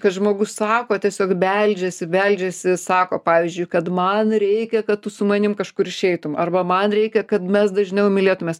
kad žmogus sako tiesiog beldžiasi beldžiasi sako pavyzdžiui kad man reikia kad tu su manim kažkur išeitum arba man reikia kad mes dažniau mylėtumės